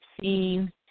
seen